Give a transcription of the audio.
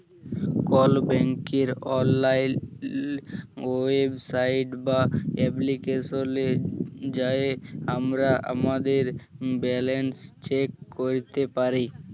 call ব্যাংকের অললাইল website বা এপ্লিকেশলে যাঁয়ে আমরা আমাদের ব্যাল্যাল্স চ্যাক ক্যইরতে পারি